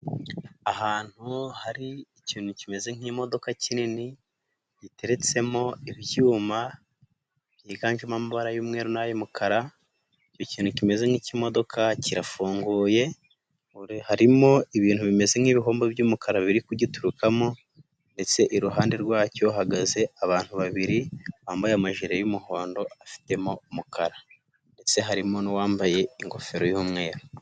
Ahantu hari ikintu kimeze nk'imodoka kinini giteretsemo ibyuma byiganjemo amabara y'umweru nay'umukara ikintu kimeze nk'i'imodoka kirafunguye, harimo ibintu bimeze nk'ibihombo by'umukara biri kugiturukamo ndetse iruhande rwacyo hahagaze abantu babiri bambaye amajipo y'umuhondo afitemo umukara ndetse harimo n'uwambaye ingofero y'umweru.